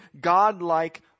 God-like